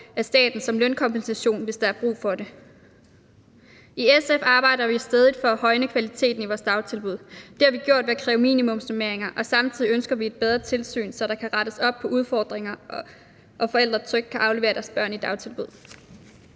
af staten som lønkompensation, hvis der er brug for det. I SF arbejder vi stædigt for at højne kvaliteten i vores dagtilbud. Det har vi gjort ved at kræve minimumsnormeringer, og samtidig ønsker vi et bedre tilsyn, så der kan rettes op på udfordringer og forældre trygt kan aflevere deres børn i dagtilbud.